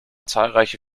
zahlreiche